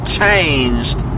changed